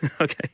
Okay